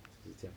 就是这样